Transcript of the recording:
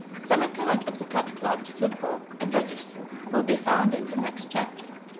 some account of the cat club stud book and register will be found in the next chapter.